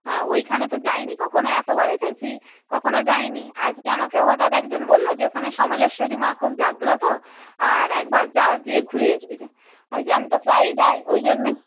হ্যাঁ ওইখানে তো যাইনি কখনও এতবার এসেছি কখনও যাইনি আজকে আমাকে হঠাৎ একজন বলল যে ওখানে সম্বলেশ্বরী মা খুব জাগ্রত আর একবার যা গিয়ে ঘুরে আসবি যা আমি বলছি আমি তো প্রায়ই যাই ওই জন্যে